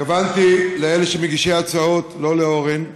התכוונתי למגישי ההצעות, לא לאורן,